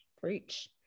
Preach